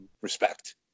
respect